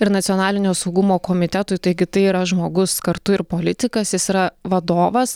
ir nacionalinio saugumo komitetui taigi tai yra žmogus kartu ir politikas jis yra vadovas